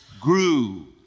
grew